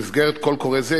במסגרת קול קורא זה,